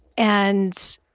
and,